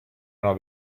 una